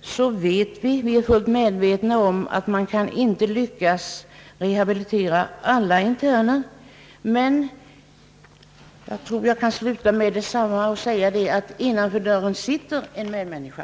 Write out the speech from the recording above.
så kan man inte rehabilitera alla interner, Jag tror att jag kan sluta med att säga liksom nyss, att innanför dörren sitter en medmänniska.